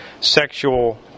sexual